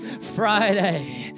Friday